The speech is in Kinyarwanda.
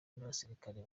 n’abasirikari